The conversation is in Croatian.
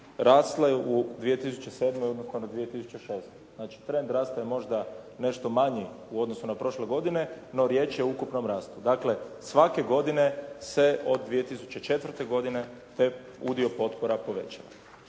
rasle u 2007., odnosno na 2006. Znači trend rasta je možda nešto manji u odnosu na prošle godine, no riječ je o ukupnom rastu. Dakle, svake godine se od 2004. godine taj udio potpora povećava.